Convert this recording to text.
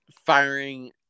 firing